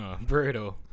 Brutal